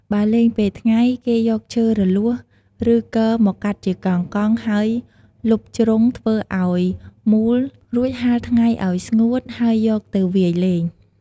បើលេងពេលថ្ងៃ គេយកឈើរលួស ឬគរមកកាត់ជាកង់ៗ ហើយលុបជ្រុងធ្វើឲ្យមូលរួចហាលថ្ងៃឲ្យស្ងួត ហើយយកទៅវាយលេង ។